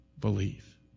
believe